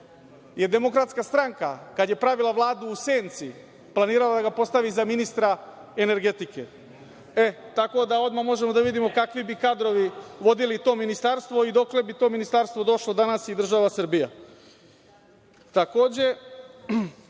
pritvoru je DS, kada je pravila Vladu u senci planirala da ga postavi za ministra energetike. Tako da odmah možemo da vidimo kakvi bi kadrovi vodili to ministarstvo i dokle bi to ministarstvo došlo danas i država Srbija. Takođe,